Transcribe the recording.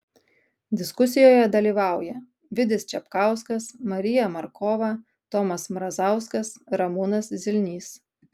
diskusijoje dalyvauja vidis čepkauskas marija markova tomas mrazauskas ramūnas zilnys